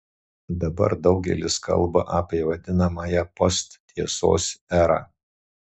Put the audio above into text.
dabar daugelis kalba apie vadinamąją posttiesos erą